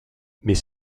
mais